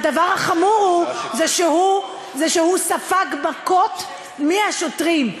והדבר החמור הוא שהוא ספג מכות מהשוטרים,